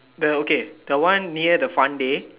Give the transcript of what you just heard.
the okay the one near the fun day